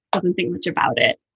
um and think much about it.